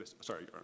sorry